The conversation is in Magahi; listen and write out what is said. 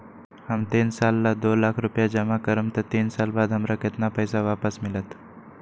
हम तीन साल ला दो लाख रूपैया जमा करम त तीन साल बाद हमरा केतना पैसा वापस मिलत?